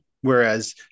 whereas